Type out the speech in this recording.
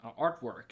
artwork